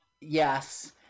Yes